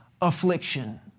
affliction